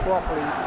Properly